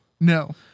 No